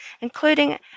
including